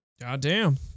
Goddamn